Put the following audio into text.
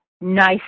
Nice